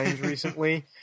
recently